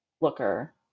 Looker